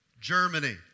Germany